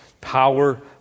power